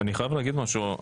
אני חייב להגיד משהו.